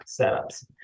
setups